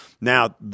Now